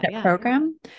program